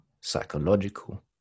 psychological